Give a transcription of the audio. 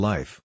Life